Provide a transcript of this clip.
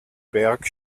berg